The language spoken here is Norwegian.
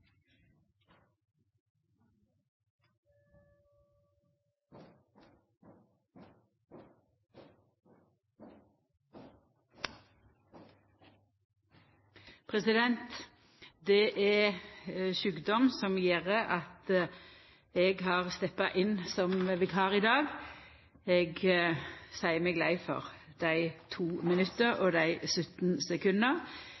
sjukdom som gjer at eg har steppa inn som vikar i dag for statsråd Navarsete. Eg seier meg lei for dei